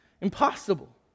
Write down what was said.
impossible